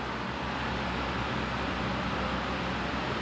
yes just like how michael jackson sang it